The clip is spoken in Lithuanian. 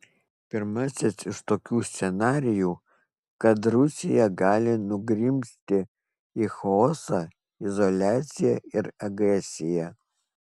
pirmasis iš tokių scenarijų kad rusija gali nugrimzti į chaosą izoliaciją ir agresiją